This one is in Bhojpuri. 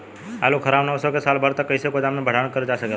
आलू खराब न हो सके साल भर तक कइसे गोदाम मे भण्डारण कर जा सकेला?